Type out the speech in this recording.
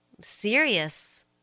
serious